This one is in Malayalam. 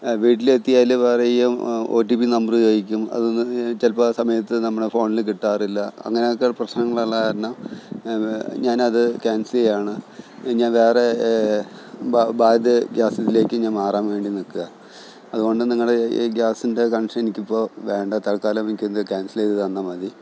വീട്ടിലെത്തിയാല് പറയും ഓട്ടിപ്പി നമ്പര് ചോദിക്കും അത്ന്ന് ചിലപ്പോള് ആ സമയത്ത് നമ്മളെ ഫോണില് കിട്ടാറില്ല അങ്ങനെയെക്കെ പ്രശ്നങ്ങള് ഉള്ള കാരണം ഞാന് ഞാനത് ക്യാന്സലെയ്യാണ് ഞാന് വേറെ ഭാ ഭാരത് ഗ്യാസിലേക്ക് ഞാന് മാറാന് വേണ്ടി നില്ക്കുകയാണ് അതുകൊണ്ട് നിങ്ങളുടെ ഈ ഗ്യാസിന്റെ കണക്ഷന് എനിക്കിപ്പോള് വേണ്ട തല്ക്കാലം എനിക്കിത് ക്യാന്സലെയ്ത് തന്നാല് മതി